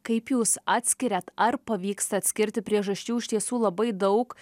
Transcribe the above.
kaip jūs atskiriat ar pavyksta atskirti priežasčių iš tiesų labai daug